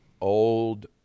old